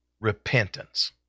repentance